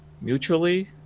mutually